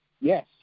Yes